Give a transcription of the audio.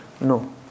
No